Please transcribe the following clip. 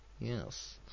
Yes